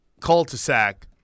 cul-de-sac